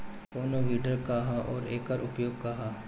कोनो विडर का ह अउर एकर उपयोग का ह?